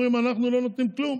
הם אומרים: אנחנו לא נותנים כלום.